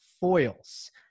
foils